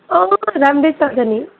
अँ राम्रै चल्छ नि